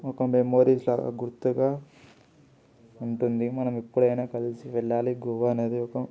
ఒక మెమరీస్లాగా గుర్తుగా ఉంటుంది మనం ఎప్పుడైనా కలిసి వెళ్ళాలి గోవా అనేది ఒక